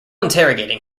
interrogating